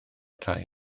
tai